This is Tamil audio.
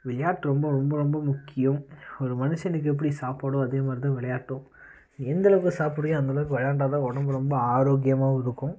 விளையாட்டு ரொம்ப ரொம்ப ரொம்ப முக்கியம் ஒரு மனுஷனுக்கு எப்படி சாப்பாடோ அதேமாதிரி தான் விளையாட்டும் நீ எந்தளவுக்கு சாப்புடுறியோ அந்தளவுக்கு விளையாண்டா தான் உடம்பு ரொம்ப ஆரோக்கியமாகவும் இருக்கும்